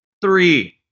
Three